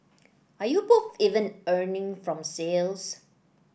are you both even earning from sales